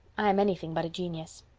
i'm anything but a genius.